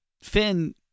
Finn